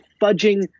fudging